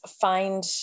find